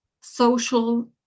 social